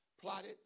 plotted